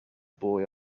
boy